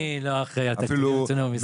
אני לא אחראי על התקציב אצלנו במשרד.